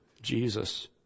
Jesus